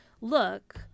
look